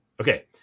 Okay